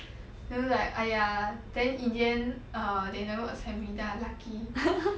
then like !aiya! then in the end err they never accept me then I lucky